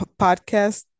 podcast